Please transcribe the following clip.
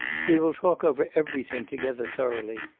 we will talk over everything together thoroughly.